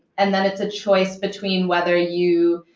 and then it's a choice between whether you